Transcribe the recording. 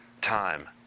time